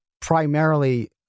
primarily